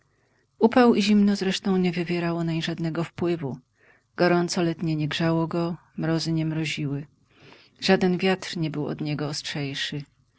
upał i zimno zresztą nie wywierało nań żadnego wpływu gorąco letnie nie grzało go mrozy nie mroziły żaden wiatr nie był od niego